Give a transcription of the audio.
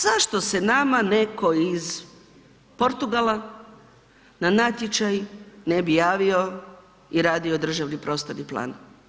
Zašto se nama netko iz Portugala na natječaj ne bi javio i radio državni prostorni plan?